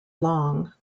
long